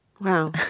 Wow